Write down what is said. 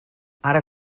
ara